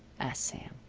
asked sam.